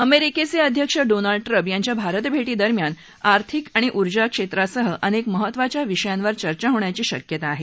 अमेरिकेचे अध्यक्ष Donald Trump यांच्या भारतभेटीदरम्यान आर्थिक आणि ऊर्जा क्षेत्रासह अनेक महत्त्वाच्या विषयांवर चर्चा होण्याची शक्यता आहे